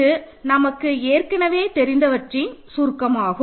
இது நமக்கு ஏற்கனவே தெரிந்தவற்றின் சுருக்கமாகும்